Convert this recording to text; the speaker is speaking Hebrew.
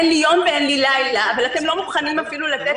אין לי יום ואין לי לילה אבל אתם לא מוכנים אפילו לתת